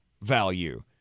value